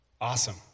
Awesome